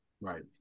right